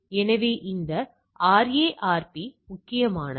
எனவே இந்த RARP முக்கியமானது